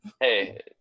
Hey